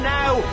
now